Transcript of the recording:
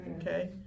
okay